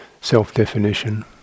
self-definition